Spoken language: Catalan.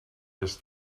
alls